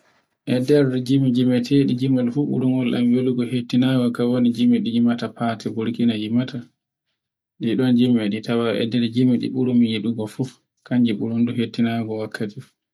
E nder gimi gimeteɗi gimol fu ɓurgol welugo mi waɗi hetinagol kan woni gimi ɗi gimata fate Burkina girmata. Ɗi ɗo tawan ender gimi e ɗi tawa e nder gimi ɗi ɓurmi yidigo hitinago fu,